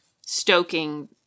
stoking